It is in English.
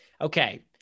Okay